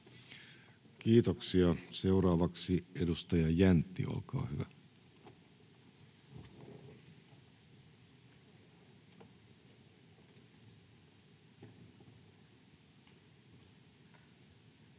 Kiitoksia. — Seuraavaksi edustaja Jäntti, olkaa hyvä. [Speech